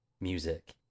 music